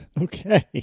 okay